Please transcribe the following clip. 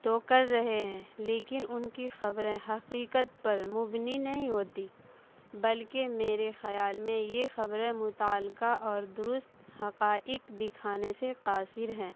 تو کر رہے ہیں لیکن ان کی خبریں حقیقت پر مبنی نہیں ہوتیں بلکہ میرے خیال میں یہ خبریں متعلقہ اور درست حقائق دکھانے سے قاصر ہیں